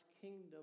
kingdom